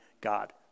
God